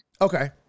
Okay